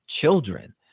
children